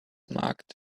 marked